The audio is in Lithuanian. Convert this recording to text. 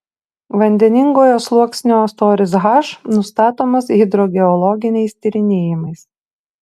vandeningojo sluoksnio storis h nustatomas hidrogeologiniais tyrinėjimais